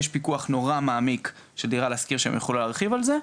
יש פיקוח נורא מעמיק של "דירה להשכיר" שהם יוכלו להרחיב בעניין הזה,